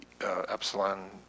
Epsilon